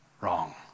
Wrong